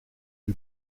who